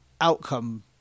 outcome